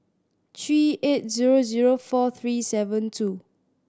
three eight zero zero four three seven two